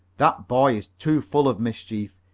that boy is too full of mischief.